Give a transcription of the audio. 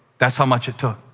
that's how much it took.